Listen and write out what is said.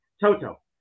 Toto